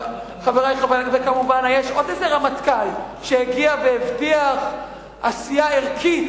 וכמובן יש עוד איזה רמטכ"ל שהגיע והבטיח עשייה ערכית,